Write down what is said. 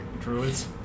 druids